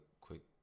quick